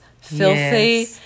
filthy